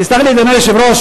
תסלח לי, אדוני היושב-ראש,